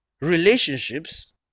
relationships